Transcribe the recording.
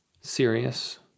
serious